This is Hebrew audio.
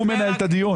הוא מנהל את הדיון.